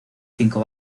cinco